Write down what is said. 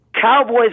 Cowboys